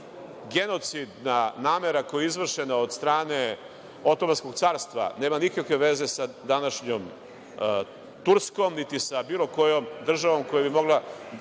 da genocidna namera koja je izvršena od strane Otomanskog carstva nema nikakve veze sa današnjom Turskom, niti sa bilo kojom državom koja bi mogla